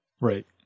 Right